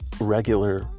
regular